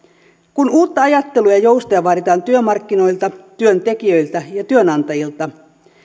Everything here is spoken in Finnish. kun uutta ajattelua ja joustoja vaaditaan työmarkkinoilta työntekijöiltä ja työnantajilta